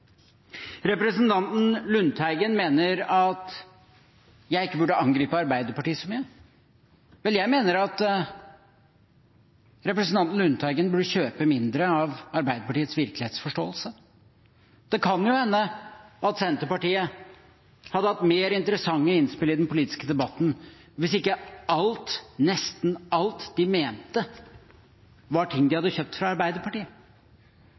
Representanten Lundteigen mener at jeg ikke burde angripe Arbeiderpartiet så mye. Vel, jeg mener at representanten Lundteigen burde kjøpe mindre av Arbeiderpartiets virkelighetsforståelse. Det kan jo hende at Senterpartiet hadde hatt mer interessante innspill i den politiske debatten hvis ikke alt – nesten alt – de mente, var ting de